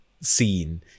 scene